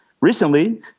Recently